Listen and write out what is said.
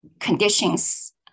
conditions